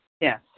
Yes